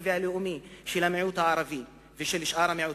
והלאומי של המיעוט הערבי ושל שאר המיעוטים,